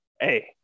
hey